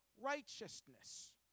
righteousness